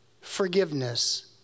forgiveness